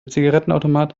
zigarettenautomat